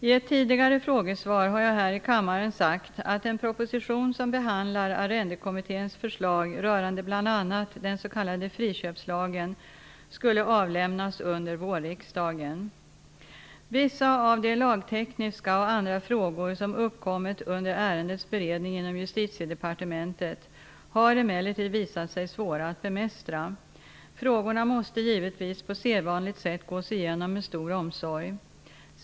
I ett tidigare frågesvar har jag här i kammaren sagt att en proposition som behandlar Vissa av de lagtekniska och andra frågor som uppkommit under ärendets beredning inom Justitiedepartementet har emellertid visat sig svåra att bemästra. Frågorna måste givetvis, på sedvanligt sätt, gås igenom med stor omsorg.